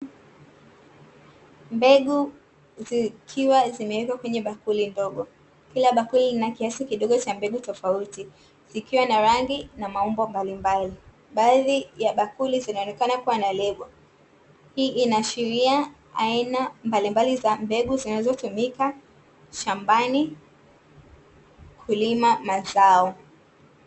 Mbegu zikiwa zimewekwa kwenye bakuli ndogo. Kila bakuli lina kiasi kidogo cha mbegu tofauti, zikiwa na rangi na maumbo mbalimbali. Baadhi ya bakuli zinaonekana kuwa na lebo, hii inaashiria aina mbalimbali za mbegu zinazotumika shambani kulima mazao.